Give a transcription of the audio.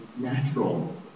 natural